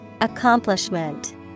Accomplishment